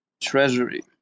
Treasury